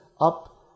up